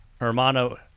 Hermano